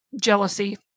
jealousy